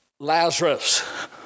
Lazarus